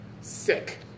sick